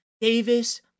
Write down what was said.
Davis